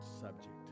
subject